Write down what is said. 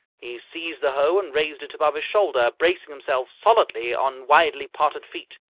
he seized the hoe and raised it above his shoulder, bracing himself solidly on widely-parted feet.